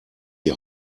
die